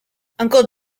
uncle